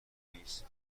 نیست